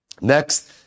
Next